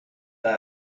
then